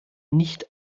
nicht